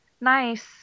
nice